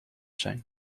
zijn